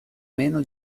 meno